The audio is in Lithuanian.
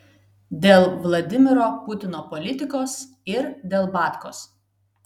dėl vladimiro putino politikos ir dėl batkos